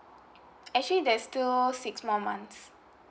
actually there's still six more months